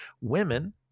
Women